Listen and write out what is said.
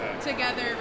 together